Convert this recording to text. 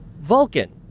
Vulcan